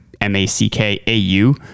M-A-C-K-A-U